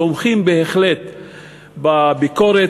תומכים בהחלט בביקורת,